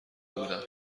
بودم